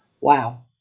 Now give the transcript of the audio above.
Wow